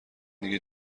دیگه